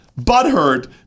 butthurt